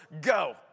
go